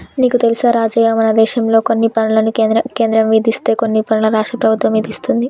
నీకు తెలుసా రాజయ్య మనదేశంలో కొన్ని పనులను కేంద్రం విధిస్తే కొన్ని పనులను రాష్ట్ర ప్రభుత్వం ఇదిస్తుంది